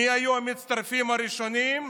מי היו המצטרפים הראשונים?